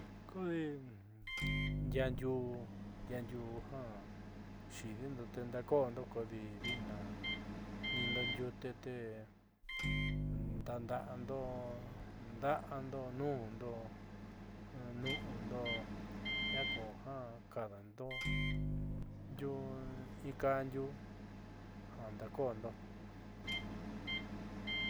Kodi ndiaandiuu ndiaandiuu ja xi'idiindo tendaako'ondo kodi di'itna tniindo ndiute te ndaanda'ando nda'ando nuundo, nu'undo jiaa kuja kadando ndiuu inka ndiuu ja ndaako'ando.